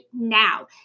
now